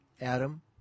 Adam